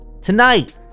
Tonight